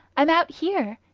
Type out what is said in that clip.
i'm out here,